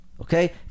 Okay